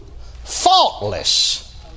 faultless